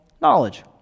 knowledge